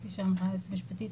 כפי שאמרה היועצת המשפטית,